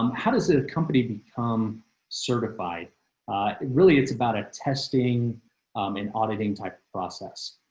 um how does it a company become certified really it's about a testing um and auditing type of process.